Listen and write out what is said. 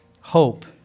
hope